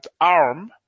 ARM